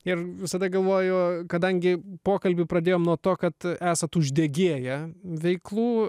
ir visada galvoju kadangi pokalbį pradėjome nuo to kad esat uždegėja veiklų